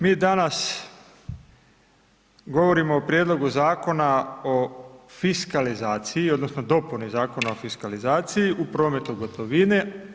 Mi danas govorimo o prijedlogu Zakona o fiskalizaciji odnosno dopuni Zakona o fiskalizaciji u prometu gotovine.